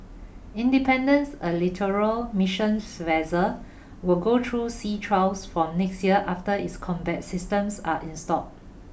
independence a littoral missions vessel will go through sea trials from next year after its combat systems are installed